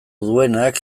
duenak